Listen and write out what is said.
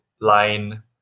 line